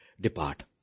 depart